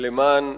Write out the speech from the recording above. למען